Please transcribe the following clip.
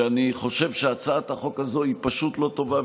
שאני חושב שהצעת החוק הזו היא פשוט לא טובה,